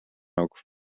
oak